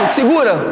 Segura